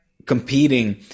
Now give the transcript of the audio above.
Competing